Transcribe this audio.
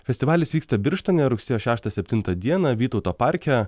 festivalis vyksta birštone rugsėjo šeštą septintą dieną vytauto parke